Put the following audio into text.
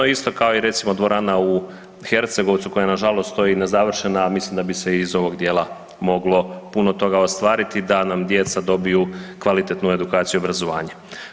Isto kao i recimo dvorana u Hercegovcu koja nažalost stoji nezavršena, mislim da bi se iz ovog dijela moglo puno toga ostvariti da nam djeca dobiju kvalitetnu edukaciju i obrazovanje.